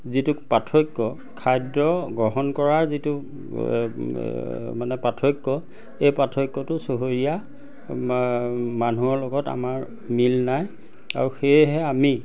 যিটো পাৰ্থক্য খাদ্য গ্ৰহণ কৰাৰ যিটো মানে পাৰ্থক্য এই পাৰ্থক্যটো চহৰীয়া মানুহৰ লগত আমাৰ মিল নাই আৰু সেয়েহে আমি